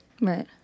Right